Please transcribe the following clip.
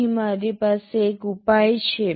અહીં મારી પાસે એક ઉપાય છે